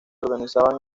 organizaban